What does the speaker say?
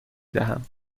دهم